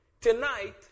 Tonight